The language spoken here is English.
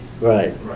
right